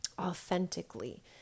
authentically